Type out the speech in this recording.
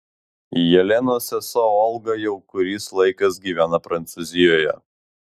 jelenos sesuo olga jau kuris laikas gyvena prancūzijoje